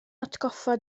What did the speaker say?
atgoffa